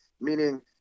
meaning